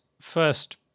first